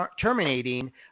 terminating